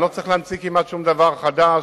אני לא צריך להמציא כמעט שום דבר חדש,